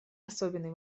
особенный